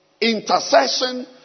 Intercession